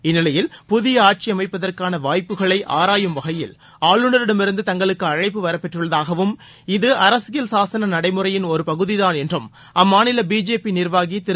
இந்நிலையில் புதிய ஆட்சி அமைப்பதற்கான வாய்ப்புகளை ஆராயும் வகையில் ஆளுநரிடமிருந்து தங்களுக்கு அழைப்பு வரப்பெற்றள்ளதாகவும் இது அரசியல் சாசன நடைமுறையின் ஒருபகுதிதான் என்றம் அம்மாநில பிஜேபி நிர்வாகி திரு